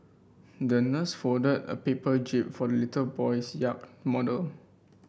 the nurse folded a paper jib for the little boy's yacht model